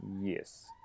yes